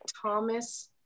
Thomas